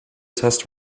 test